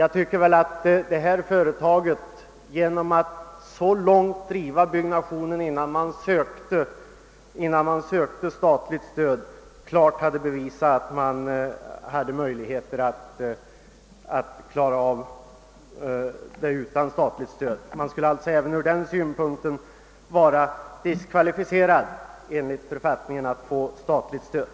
Genom att driva byggnationen så långt innan statligt stöd söktes hade företaget klart bevisat att det hade möjlighet att klara sitt projekt utan statligt stöd. Företaget skulle alltså även från den synpunktén enligt författningen vara diskvalificerat att få statligt stöd.